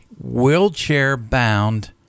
wheelchair-bound